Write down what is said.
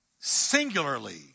singularly